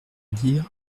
lire